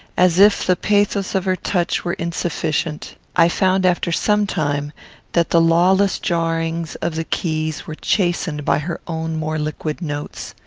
as if the pathos of her touch were insufficient, i found after some time that the lawless jarrings of the keys were chastened by her own more liquid notes.